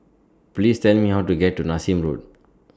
Please Tell Me How to get to Nassim Road